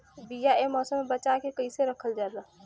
बीया ए मौसम में बचा के कइसे रखल जा?